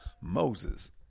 Moses